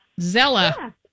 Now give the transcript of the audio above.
Zella